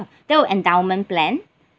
that was endowment plan